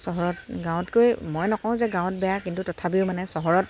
চহৰত গাঁৱতকৈ মই নকওঁ যে গাঁৱত বেয়া কিন্তু তথাপিও মানে চহৰত